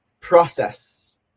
process